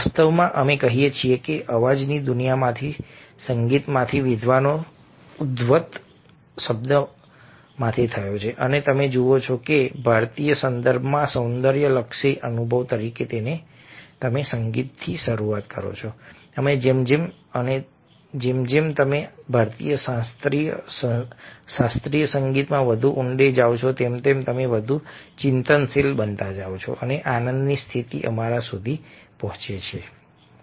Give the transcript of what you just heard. વાસ્તવમાં અમે કહીએ છીએ કે અવાજની દુનિયામાંથી સંગીતમાંથી વિશ્વનો ઉદ્ભવ શબ્દમાંથી થયો છે અને તમે જુઓ છો કે ભારતીય સંદર્ભમાં સૌંદર્યલક્ષી અનુભવ તરીકે તમે સંગીતની શરૂઆત કરો છો અને જેમ જેમ તમે ભારતીય શાસ્ત્રીય સંગીતમાં વધુ ઊંડે જાઓ છો તેમ તમે વધુ ચિંતનશીલ બનતા જાઓ છો અને આનંદની સ્થિતિ તમારા સુધી પહોંચો છો